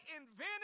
invented